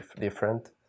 different